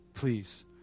Please